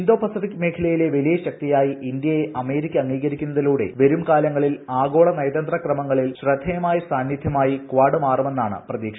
Indo Pacific മേഖലയിലെ വലിയ ശക്തിയായി ഇന്ത്യയെ അമേരിക്ക അംഗീകരിക്കുന്നതിലൂടെ വരുംകാലങ്ങളിൽ ആഗോള നയതന്ത്ര ക്രമങ്ങളിൽ ശ്രദ്ധേയമായ സാന്നിദ്ധ്യമായി കാഡ് മാറുമെന്നാണ് പ്രതീക്ഷ